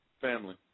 family